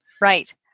Right